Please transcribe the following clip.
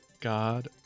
God